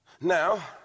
Now